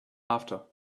after